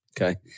Okay